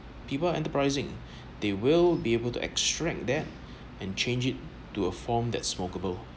people enterprising they will be able to extract that and change it to a form that smoke-able